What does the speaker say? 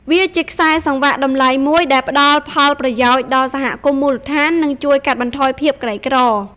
វាជាខ្សែសង្វាក់តម្លៃមួយដែលផ្តល់ផលប្រយោជន៍ដល់សហគមន៍មូលដ្ឋាន និងជួយកាត់បន្ថយភាពក្រីក្រ។